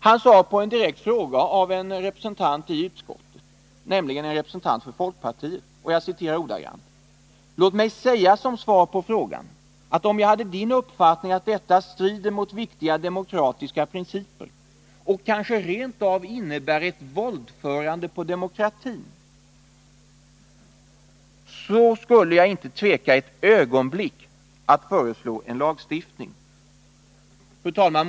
Han svarade på en direkt fråga av en representant i utskottet — nämligen en representant för folkpartiet — jag citerar ordagrant: ”Låt mig säga som svar på frågan att om jag hade din uppfattning, att detta strider mot viktiga demokratiska principer och kanske rent av innebär ett våldförande på demokratin, så skulle jag inte tveka ett ögonblick att föreslå en lagstiftning.” Fru talman!